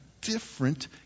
different